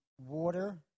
water